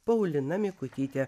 paulina mikutytė